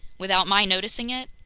without my noticing it?